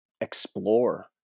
explore